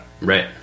right